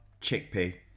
chickpea